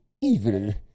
evil